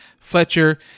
fletcher